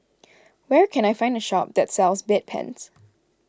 where can I find a shop that sells Bedpans